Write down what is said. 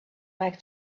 back